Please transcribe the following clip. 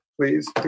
please